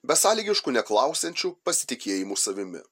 besąlygišku neklausiančiu pasitikėjimu savimi